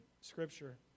scripture